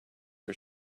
are